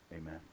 Amen